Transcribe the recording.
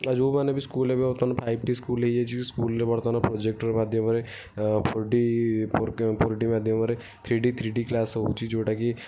ଯେଉଁମାନେ ବି ସ୍କୁଲ୍ରେ ବି ବର୍ତ୍ତମାନ ଫାଇଭ୍ ଟି ସ୍କୁଲ୍ ହୋଇଯାଇଛି ସ୍କୁଲରେ ବର୍ତ୍ତମାନ ପ୍ରୋଜେକ୍ଟର୍ ମାଧ୍ୟମରେ ଫୋର୍ ଡ଼ି ଫୋର୍ ଡ଼ି ମାଧ୍ୟମରେ three D three D class ହେଉଛି ଯେଉଁଟା କି